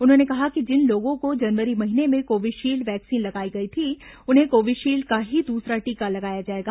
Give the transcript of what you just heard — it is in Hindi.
उन्होंने कहा कि जिन लोगों को जनवरी महीने में कोविशील्ड वैक्सीन लगाई गई थी उन्हें कोविशील्ड का ही दूसरा टीका लगाया जाएगा